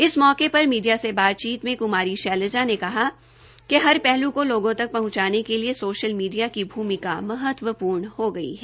इस मौके पर मीडिया से बातचीत में कुमारी शैलजा ने कहा कि हर पहलू को लोगों तक पहुंचाने के लिए सोशल मीडिया की भूमिका महत्वपूर्ण हो गई है